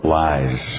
lies